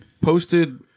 posted